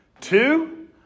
Two